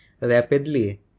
rapidly